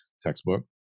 textbook